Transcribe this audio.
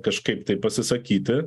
kažkaip tai pasisakyti